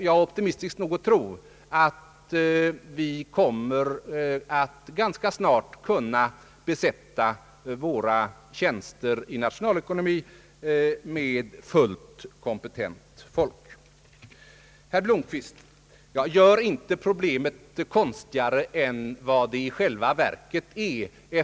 Jag är optimistisk nog att tro att vi ganska snart kommer att kunna besätta tjänsterna i nationalekonomi med fullt kompetent folk. Herr Blomquist, gör inte problemet konstigare än vad det i själva verket är!